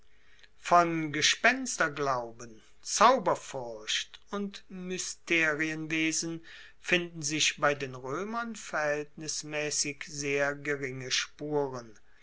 von gespensterglauben zauberfurcht und mysterienwesen finden sich bei den roemern verhaeltnismaessig sehr geringe spuren